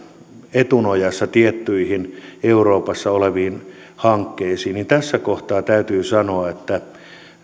etunojassa tiettyihin euroopassa oleviin hankkeisiin tässä kohtaa täytyy sanoa että